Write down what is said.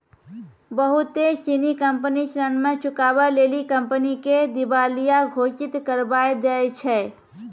बहुते सिनी कंपनी ऋण नै चुकाबै लेली कंपनी के दिबालिया घोषित करबाय दै छै